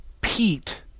pete